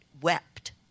wept